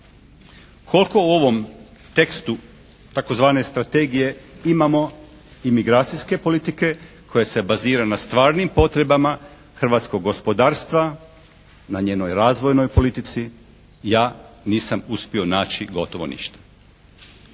Koliko u ovom tekstu tzv. strategije imamo imigracijske politike koja se bazira na stvarnim potrebama hrvatskog gospodarstva, na njenoj razvojnoj politici, ja nisam uspio naći gotovo ništa.